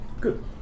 good